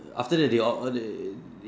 after that they all they earn already